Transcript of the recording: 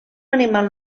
animal